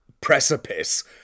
precipice